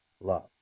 love